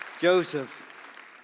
Joseph